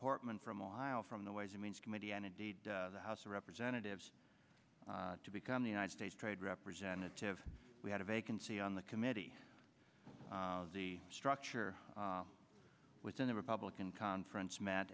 portman from ohio from the ways and means committee and indeed the house of representatives to become the united states trade representative we had a vacancy on the committee the structure within the republican conference m